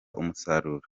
umusaruro